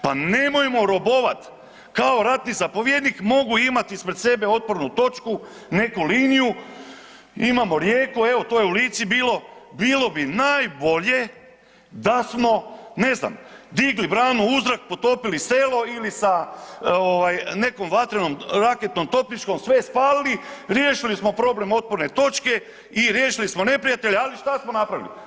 Pa nemojmo robovati kao ratni zapovjednik, mogu imat ispred sebe otpornu točku, neku liniju, imamo rijeku, evo to je u Lici bilo, bilo bi najbolje da smo ne znam, digli branu u zrak, potopili selo i sa nekom vatrenom raketom topničkom sve spalili, riješili smo problem otporne točke i riješili smo neprijatelja, ali šta smo napravili?